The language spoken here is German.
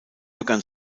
begann